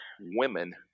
women